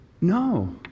No